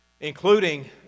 including